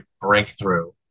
breakthrough